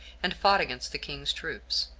and fought against the king's troops,